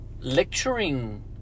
lecturing